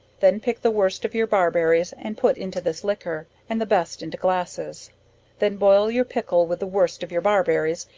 then pick the worst of your barberries and put into this liquor, and the best into glasses then boil your pickle with the worst of your barberries,